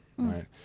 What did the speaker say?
right